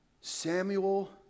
Samuel